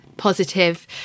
positive